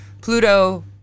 Pluto